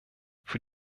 für